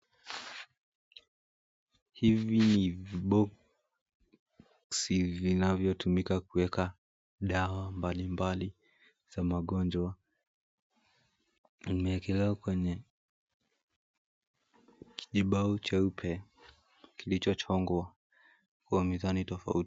Hivi ni viboxi vinavyotumika kueka dawa mbalimbali za magonjwa, vimeekelewa kwenye kijibao cheupe kilichochongwa kwa mizani tofauti.